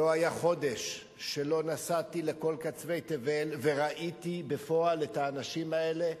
לא היה חודש שלא נסעתי לכל קצווי תבל וראיתי בפועל את האנשים האלה,